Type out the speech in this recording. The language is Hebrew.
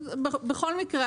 בכל מקרה,